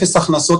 אפס הכנסות,